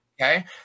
Okay